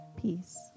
peace